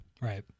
Right